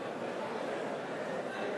חברי הכנסת